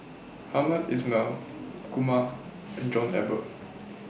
Hamed Ismail Kumar and John Eber